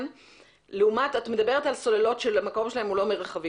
את מדברת על סוללות שהמקור שלהן הוא לא מרכבים